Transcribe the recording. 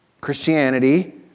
Christianity